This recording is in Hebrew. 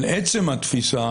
אבל עצם התפיסה